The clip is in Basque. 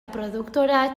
produktora